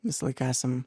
visąlaik esam